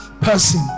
person